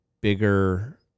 bigger